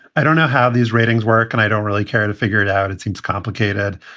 i don't know how these ratings work and i don't really care to figure it out. it seems complicated.